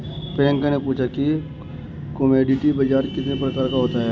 प्रियंका ने पूछा कि कमोडिटी बाजार कितने प्रकार का होता है?